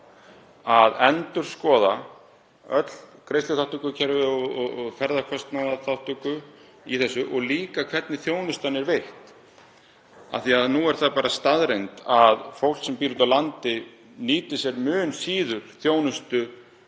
að endurskoða öll greiðsluþátttökukerfi og ferðakostnaðarþátttöku og líka hvernig þjónustan er veitt. Nú er það bara staðreynd að fólk sem býr úti á landi nýtir sér mun síður þjónustu